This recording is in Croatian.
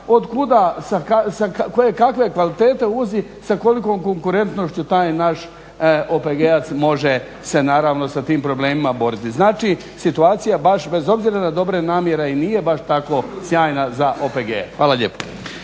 sa kojekakve kvalitete uvozi sa kolikom konkurentnošću taj naš OPG-ac može se naravno sa tim problemima nositi. Znači situaciju baš bez obzira na dobre namjere i nije baš tako sjajna za OPG. Hvala lijepo.